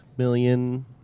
million